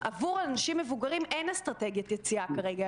עבור אנשים מבוגרים אין אסטרטגיית יציאה כרגע,